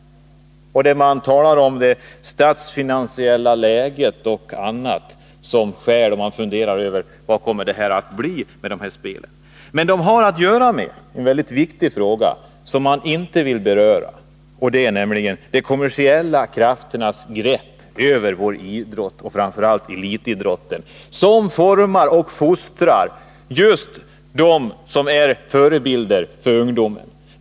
Man talar om det statsfinansiella läget, och man funderar över hur det kan komma att bli med de olymiska spelen. De har att göra med en mycket viktig fråga som man här inte vill beröra, nämligen de kommersiella krafternas grepp över idrotten och framför allt över elitidrotten, som formar och fostrar just dem som är förebilder för ungdomen.